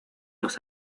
los